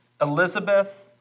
Elizabeth